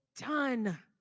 done